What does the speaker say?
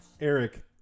Eric